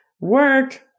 work